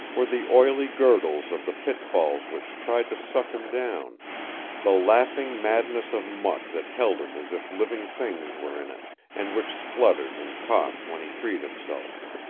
were the oily gurgles of the pitfalls which tried to suck him down the laughing madness of muck that held him as if living things were in it, and which spluttered and coughed when he freed himself.